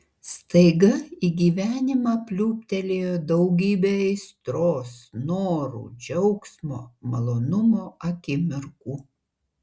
staiga į gyvenimą pliūptelėjo daugybė aistros norų džiaugsmo malonumo akimirkų